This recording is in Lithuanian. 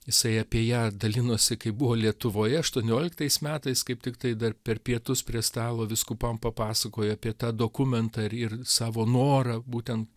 jisai apie ją dalinosi kai buvo lietuvoje aštuonioliktais metais kaip tik tai dar per pietus prie stalo vyskupam papasakojo apie tą dokumentą ir savo norą būtent